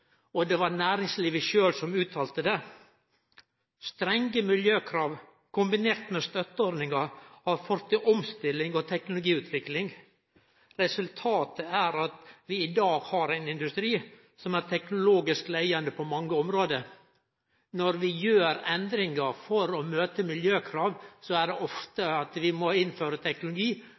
og det var næringslivet sjølv som uttala det. Strenge miljøkrav kombinert med støtteordningar har ført til omstilling og teknologiutvikling. Resultatet er at vi i dag har ein industri som er teknologisk leiande på mange område. Når vi gjer endringar for å møte miljøkrav, er det ofte at vi må innføre teknologi